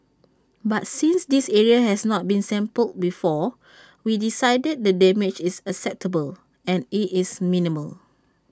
but since this area has not been sampled before we decided the damage is acceptable and IT is minimal